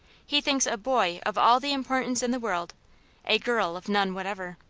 he thinks a boy of all the importance in the world a girl of none whatever.